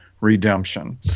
redemption